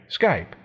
Skype